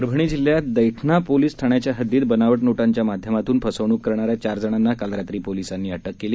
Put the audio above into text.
परभणी जिल्ह्यात दैठणा पोलीस ठाण्याच्या हददीत बनावट नोटांच्या माध्यमातून फसवणूक करणाऱ्या चार जणांना काल रात्री पोलिसांनी अटक केली